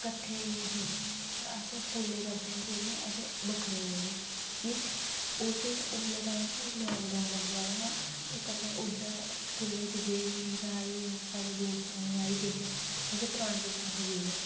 कट्ठे गे हे अस स्कुला दी तरफा नी गेदे हे अस बखरे गेदे हे की ओह्ले टाइम ओह्ले टाइम उन्न लाकडाउन लग्गी गेदा हा ते कन्ने उधर स्कुले च गे ही साढ़े दोस्त ओने राही केश अस्स पराने दोस्ते कन्नै गे हे